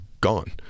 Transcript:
gone